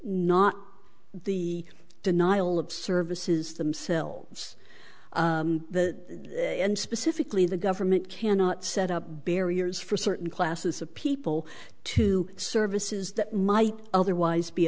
not the denial of services themselves the specifically the government cannot set up barriers for certain classes of people to services that might otherwise be